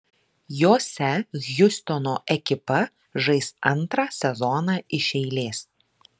jose hjustono ekipa žais antrą sezoną iš eilės